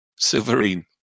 Silverine